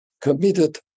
committed